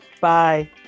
bye